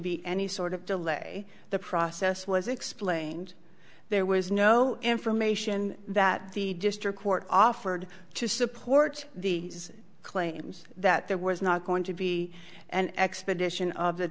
be any sort of delay the process was explained there was no information that the district court offered to support these claims that there was not going to be an expedition of the